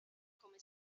come